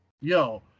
Yo